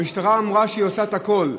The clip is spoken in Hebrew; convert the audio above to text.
המשטרה אמרה שהיא עושה את הכול.